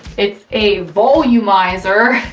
it's a volumizer.